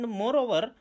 moreover